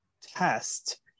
test